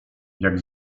jak